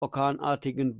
orkanartigen